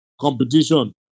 competition